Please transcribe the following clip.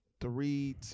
Three